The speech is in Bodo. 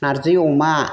नारजि अमा